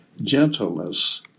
gentleness